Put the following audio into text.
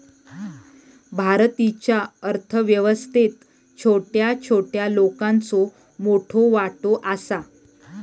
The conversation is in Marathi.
भारतीच्या अर्थ व्यवस्थेत छोट्या छोट्या लोकांचो मोठो वाटो आसा